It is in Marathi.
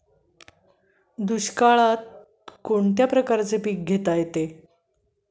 दुष्काळामध्ये कोणत्या प्रकारचे पीक येते का?